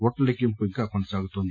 ఓట్ల లెక్కింపు ఇంకా కొనసాగుతోంది